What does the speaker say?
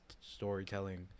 storytelling